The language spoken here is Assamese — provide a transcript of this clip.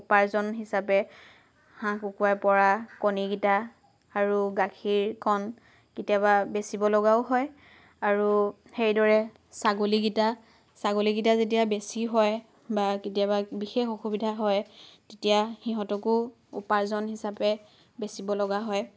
উপাৰ্জন হিচাপে হাঁহ কুকুৰাৰ পৰা কণীকেইটা আৰু গাখীৰকণ কেতিয়াবা বেচিব লগাও হয় আৰু সেইদৰে ছাগলীকেইটা ছাগলীকেইটা যেতিয়া বেছি হয় বা কেতিয়াবা বিশেষ অসুবিধা হয় তেতিয়া সিহঁতকো উপাৰ্জন হিচাপে বেচিব লগা হয়